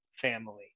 family